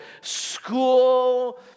school